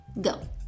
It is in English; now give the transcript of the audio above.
go